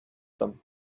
them